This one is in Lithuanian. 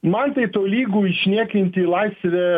man tai tolygu išniekinti laisvė